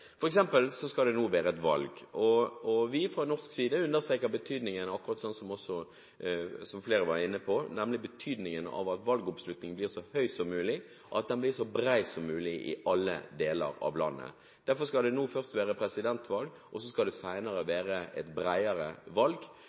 som også flere har vært inne på, at valgoppslutningen blir så høy som mulig, og at den blir så bred som mulig – i alle deler av landet. Derfor skal det nå først være presidentvalg, og det skal senere være et bredere valg.